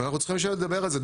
ואנחנו צריכים לשבת לדבר על זה.